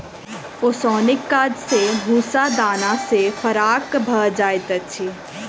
ओसौनीक काज सॅ भूस्सा दाना सॅ फराक भ जाइत अछि